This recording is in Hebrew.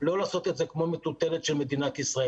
לא לעשות את זה כמו מטוטלת של מדינת ישראל,